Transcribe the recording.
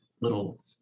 little